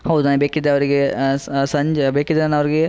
ಹೌದಾ ಬೇಕಿದ್ರೆ ಅವರಿಗೆ ಸಂಜೆ ಬೇಕಿದ್ರೆ ನಾನು ಅವ್ರಿಗೆ